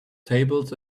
tables